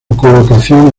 colocación